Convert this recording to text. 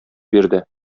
бирде